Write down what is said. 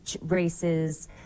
races